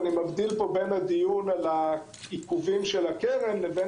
אני מבדיל פה בין הדיון על העיכובים של הקרן לבין